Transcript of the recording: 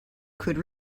could